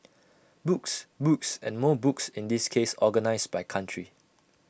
books books and more books in this case organised by country